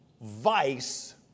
vice